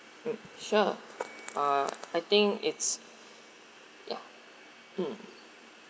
mm sure uh I think it's ya mm